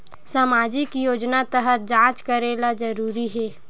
सामजिक योजना तहत जांच करेला जरूरी हे